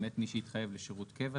למעט מי שהתחייב לשירות קבע,